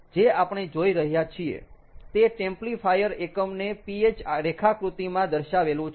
જે આપણે જોઈ રહ્યા છીયે તે ટેમ્પ્લીફાયર એકમને Ph રેખાકૃતિમાં દર્શાવેલું છે